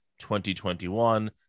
2021